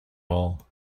all